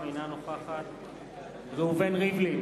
אינה נוכחת ראובן ריבלין,